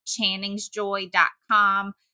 ChanningsJoy.com